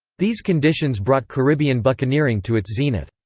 these conditions brought caribbean buccaneering to its zenith.